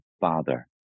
father